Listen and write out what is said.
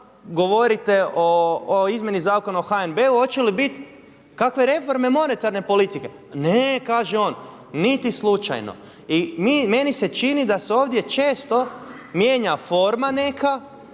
govorite o Izmjeni zakona o HNB-u hoće li biti kakve reforme monetarne politike? Ne kaže on, niti slučajno. I meni se čini da se ovdje često mijenja forma neka,